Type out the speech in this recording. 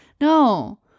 no